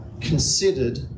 considered